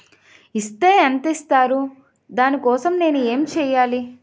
Is తే ఎంత ఇస్తారు దాని కోసం నేను ఎంచ్యేయాలి?